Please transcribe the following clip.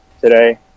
today